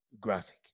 graphic